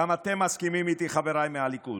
גם אתם מסכימים איתי, חבריי מהליכוד.